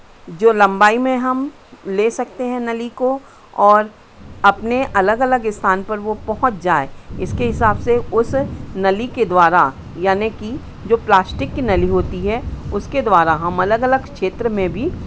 जो लंबाई में हम ले सकते हैं नली को और अपने अलग अलग स्थान पर वो पहुंच जाए इसके हिसाब से उस नली के द्वारा याने कि जो प्लास्टिक की नली होती है उसके द्वारा हम अलग अलग क्षेत्र में भी